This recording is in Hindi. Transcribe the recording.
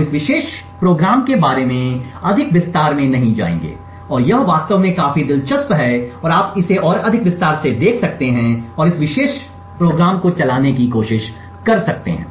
हम इस विशेष कार्यक्रम के बारे में अधिक विस्तार में नहीं जाएंगे और यह वास्तव में काफी दिलचस्प है और आप इसे और अधिक विस्तार से देख सकते हैं और इस विशेष कार्यक्रम को चलाने की कोशिश कर सकते हैं